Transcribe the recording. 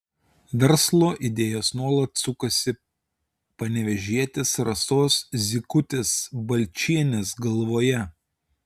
verslo idėjos nuolat sukasi panevėžietės rasos zykutės balčienės galvoje